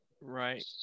Right